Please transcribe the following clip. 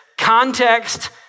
context